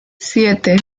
siete